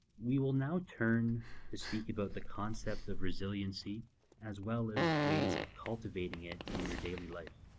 we will now turn to speak about the concept of resiliency as well as ways of cultivating it. in your daily life.